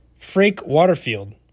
Frake-Waterfield